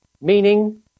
meaning